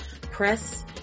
Press